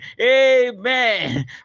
Amen